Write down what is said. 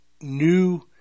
new